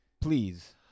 please